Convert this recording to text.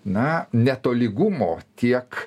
na netolygumo tiek